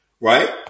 Right